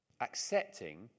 accepting